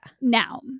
Now